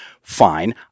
Fine